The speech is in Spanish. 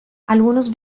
algunos